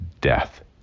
death